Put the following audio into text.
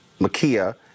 Makia